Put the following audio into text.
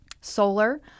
solar